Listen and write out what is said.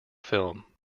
film